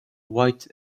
white